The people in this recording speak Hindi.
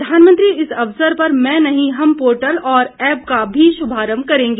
प्रधानमंत्री इस अवसर पर मैं नहीं हम पोर्टल और ऐप का शुभारंभ भी करेंगे